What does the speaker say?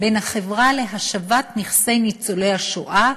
בין החברה להשבת נכסים של נספי השואה